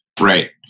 Right